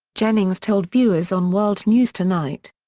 jennings told viewers on world news tonight.